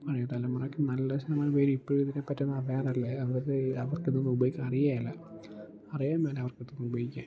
പഴയ തലമുറയ്ക്ക് നല്ല ശതമാനം പേര് ഇപ്പോഴും ഇതിനെപ്പറ്റി ഒന്നും അറിയാറില്ല അവർ അവർക്ക് ഇതൊന്നും ഉപയോഗിക്കാൻ അറിയില്ല അറിയാൻ മേല അവർക്ക് ഇതൊന്നും ഉപയോഗിക്കാൻ